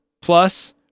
plus